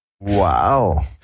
Wow